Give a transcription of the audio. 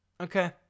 okay